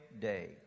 day